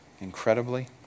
incredibly